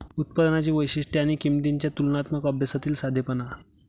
उत्पादनांची वैशिष्ट्ये आणि किंमतींच्या तुलनात्मक अभ्यासातील साधेपणा